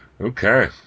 Okay